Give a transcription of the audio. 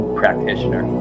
practitioner